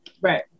Right